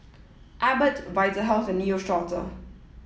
Abbott Vitahealth and Neostrata